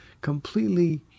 completely